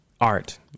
art